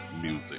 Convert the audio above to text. Music